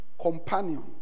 companion